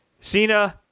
Cena